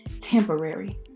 temporary